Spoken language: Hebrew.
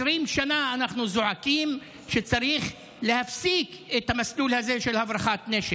20 שנה אנחנו זועקים שצריך להפסיק את המסלול הזה של הברחת נשק,